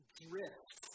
drift